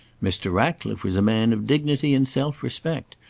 mr. ratcliffe was a man of dignity and self-respect,